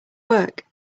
work